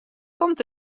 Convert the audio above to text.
komt